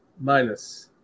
minus